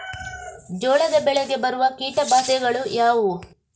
ಜೋಳದ ಬೆಳೆಗೆ ಬರುವ ಕೀಟಬಾಧೆಗಳು ಯಾವುವು?